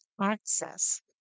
access